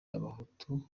abahutu